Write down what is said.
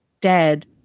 dead